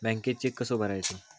बँकेत चेक कसो भरायचो?